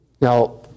Now